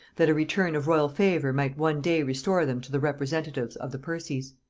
that a return of royal favor might one day restore them to the representatives of the percies.